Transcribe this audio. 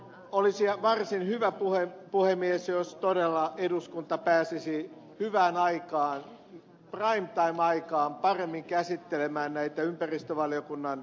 olisi varsin hyvä puhemies jos todella eduskunta pääsisi hyvään aikaan prime time aikaan paremmin käsittelemään näitä ympäristövaliokunnan mietintöjä